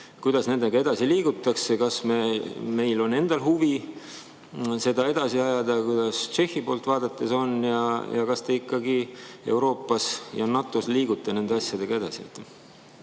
Kuidas nendega edasi liigutakse? Kas meil on endal huvi seda edasi ajada? Kuidas Tšehhi poolt vaadates on ja kas te ikkagi Euroopas ja NATO-s liigute nende asjadega edasi? Aitäh!